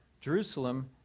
Jerusalem